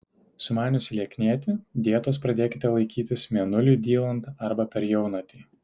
sumaniusi lieknėti dietos pradėkite laikytis mėnuliui dylant arba per jaunatį